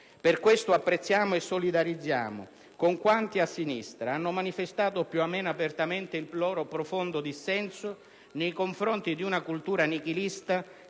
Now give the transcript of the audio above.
Per questo apprezziamo e solidarizziamo con quanti a sinistra hanno manifestato più o meno apertamente il loro profondo dissenso nei confronti di una cultura nichilista